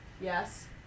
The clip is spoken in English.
yes